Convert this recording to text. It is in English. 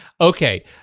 Okay